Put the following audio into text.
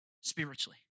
spiritually